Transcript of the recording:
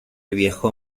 viajó